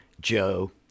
Joe